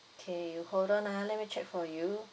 okay you hold on ah let me check for you